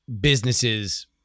businesses